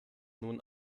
nun